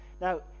Now